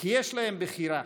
כי יש להם בחירה